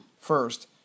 first